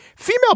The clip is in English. Female